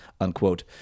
unquote